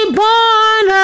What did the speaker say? born